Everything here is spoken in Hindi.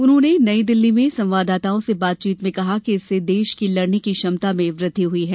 उन्होंने नई दिल्ली में संवाददाताओं से बातचीत में कहा कि इससे देश की लड़ने की क्षमता में वृद्धि हुई है